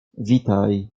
witaj